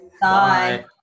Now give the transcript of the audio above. Bye